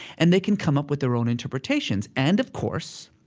and they can come up with their own interpretations. and, of course,